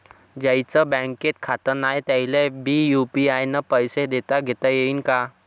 ज्याईचं बँकेत खातं नाय त्याईले बी यू.पी.आय न पैसे देताघेता येईन काय?